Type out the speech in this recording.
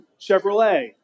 Chevrolet